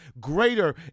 greater